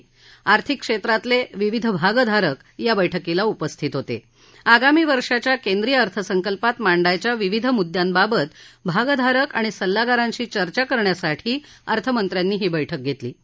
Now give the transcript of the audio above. आणि आर्थिक क्षमतिला िविध भागधारक या बैठकीला उपस्थित होता आगामी वर्षाच्या केंद्रीय अर्थसंकल्पात मांडायच्या विविध मुद्यांबाबत भागधारक आणि सल्लागारांशी चर्चा करण्यासाठी अर्थमंत्र्यांनी ही बैठक घस्त्रीी